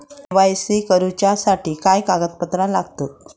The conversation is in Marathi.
के.वाय.सी करूच्यासाठी काय कागदपत्रा लागतत?